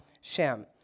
Shem